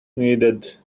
needed